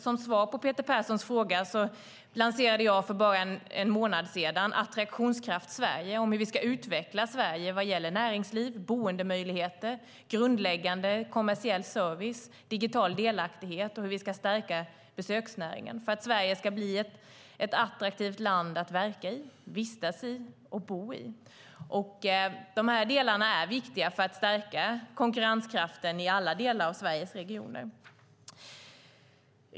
Som svar på Peter Perssons fråga lanserade jag för bara en månad sedan Attraktionskraft Sverige om hur vi ska utveckla Sverige vad gäller näringsliv, boendemöjligheter, grundläggande kommersiell service och digital delaktighet och hur vi ska stärka besöksnäringen för att Sverige ska bli ett attraktivt land att verka i, vistas i och bo i. De här delarna är viktiga för att stärka konkurrenskraften i alla delar av Sveriges regioner.